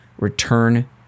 return